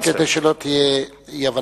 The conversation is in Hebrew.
רק כדי שלא תהיה אי-הבנה,